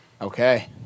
Okay